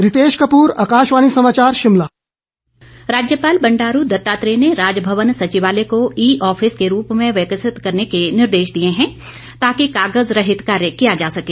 रितेश कपूर आकाशवाणी समाचार शिमला राज्यपाल राज्यपाल बंडारू दत्तात्रेय ने राजभवन सचिवालय को ई आफिस के रूप में विकसित करने के निर्देश दिए हैं ताकि कागज रहित कार्य किया जा सके